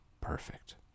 perfect